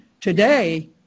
today